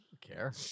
Care